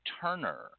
Turner